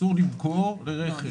אסור למכור לרכב.